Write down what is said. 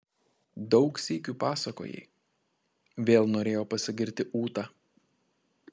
daug sykių pasakojai vėl norėjo pasigirti ūta